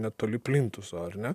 netoli plintuso ar ne